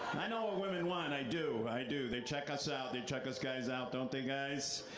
i know what women want, i do, i do. they check us out, they check us guys out, don't they, guys?